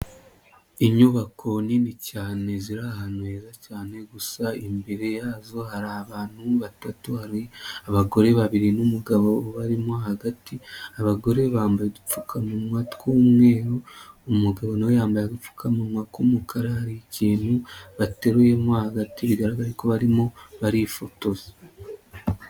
Inyubako nini cyane ziri ahantu heza cyane gusa imbere yazo hari abantu batatu, hari abagore babiri n'umugabo ubarimo hagati, abagore bambaye udupfukamunwa tw'umweru umugabo nawe yambaye upfukamunwa k'umukara hari ikintu bateruyemo agati bigaragaye ko barimo barifotoza.